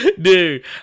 dude